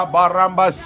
Baramba